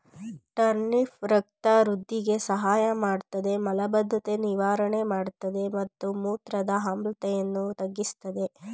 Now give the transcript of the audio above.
turnip ರಕ್ತ ವೃಧಿಗೆ ಸಹಾಯಮಾಡ್ತದೆ ಮಲಬದ್ಧತೆ ನಿವಾರಣೆ ಮಾಡ್ತದೆ ಮತ್ತು ಮೂತ್ರದ ಆಮ್ಲೀಯತೆಯನ್ನು ತಗ್ಗಿಸ್ತದೆ